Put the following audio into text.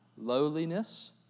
lowliness